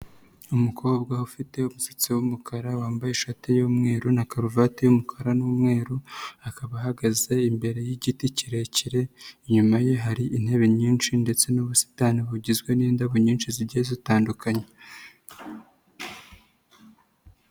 Umukobwa ufite umusatsi w'umukara, wambaye ishati y'umweru na karuvati y'umukara n'umweru, akaba ahagaze imbere yigiti kirekire, inyuma ye hari intebe nyinshi ndetse n'ubusitani bugizwe n'indabo nyinshi zigiye zitandukanye.